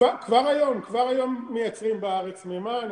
כבר היום מייצרים בארץ מימן,